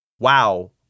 Wow